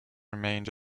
remained